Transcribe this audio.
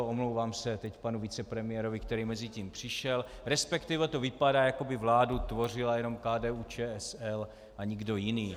Omlouvám se teď panu vicepremiérovi, který mezitím přišel, resp. to vypadá, jako by vládu tvořila jenom KDUČSL a nikdo jiný.